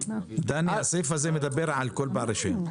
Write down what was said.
דני, הסעיף הזה מדבר על כל בעל רישיון.